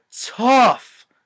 tough